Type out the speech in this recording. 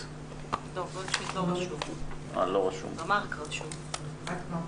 אני רוצה לנצל את ההזדמנות ולהודות לכל הנוכחות